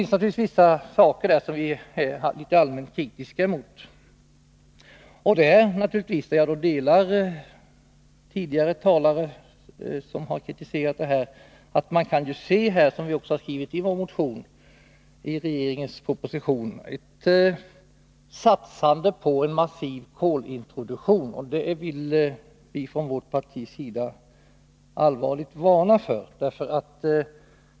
Självfallet är vi litet allmänt kritiska mot vissa saker i detta avseende. Jag instämmer med tidigare talare som framfört kritik. I regeringens proposition — det har vi tagit upp i vår motion — talas det om en satsning på en massiv kolintroduktion. Men vi från vänsterpartiet kommunisternas sida vill allvarligt varna för en sådan.